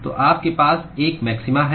तो आपके पास एक मैक्सिमा है